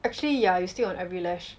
actually yeah you stick on every lash